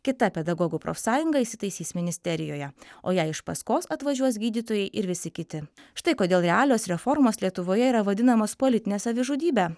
kita pedagogų profsąjunga įsitaisys ministerijoje o jai iš paskos atvažiuos gydytojai ir visi kiti štai kodėl realios reformos lietuvoje yra vadinamos politine savižudybe